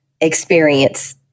experience